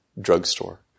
drugstore